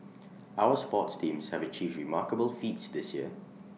our sports teams have achieved remarkable feats this year